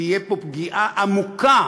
תהיה פה פגיעה עמוקה